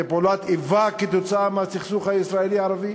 זה פעולת איבה כתוצאה מהסכסוך הישראלי ערבי?